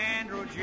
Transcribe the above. Andrew